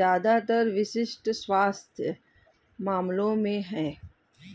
ज्यादातर विशिष्ट स्वास्थ्य मामलों में है